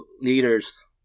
leaders